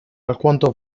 alquanto